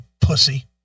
pussy